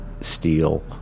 steel